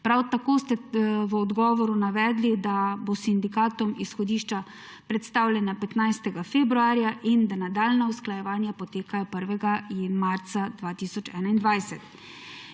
Prav tako ste v odgovoru navedli, da bodo sindikatom izhodišča predstavljena 15. februarja in da nadaljnja usklajevanja potekajo 1. marca 2021.